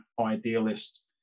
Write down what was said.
idealist